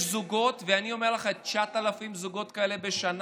יש זוגות, ואני אומר לך, 9,000 זוגות כאלה בשנה,